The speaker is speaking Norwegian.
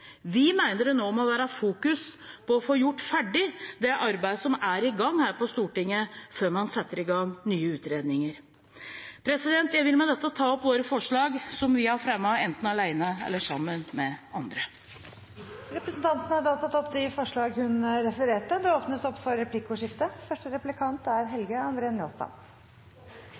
Vi mener det nå må fokuseres på å få gjort ferdig det arbeidet som er i gang her på Stortinget, før man setter i gang nye utredninger. Jeg vil med dette ta opp forslagene som vi har fremmet enten alene eller sammen med andre. Representanten Rigmor Aasrud har tatt opp de forslagene hun refererte til. Det blir replikkordskifte. 350-kronersgrensa har fått ein del merksemd frå fleire i debatten så langt, all den tid Arbeidarpartiet tek til orde for